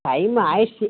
time ஆகிடுச்சி